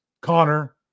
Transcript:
Connor